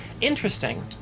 interesting